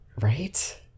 Right